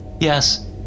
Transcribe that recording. Yes